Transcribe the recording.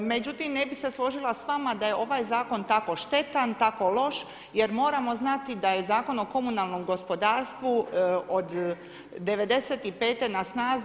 Međutim, ne bih se složila sa vama da je ovaj zakon tako štetan, tako loš jer moramo znati da je Zakon o komunalnom gospodarstvu od '95. na snazi.